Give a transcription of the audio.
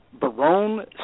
Barone